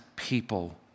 People